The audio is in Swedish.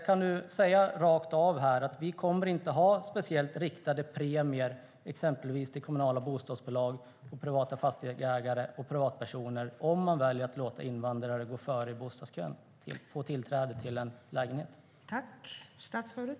Kan du säga rakt av här att vi inte kommer att ha speciellt riktade premier, exempelvis till kommunala bostadsbolag, privata fastighetsägare och privatpersoner, om man väljer att låta invandrare gå före i bostadskön och få tillträde till en lägenhet?